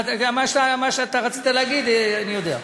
מה שאתה רצית להגיד, אני יודע.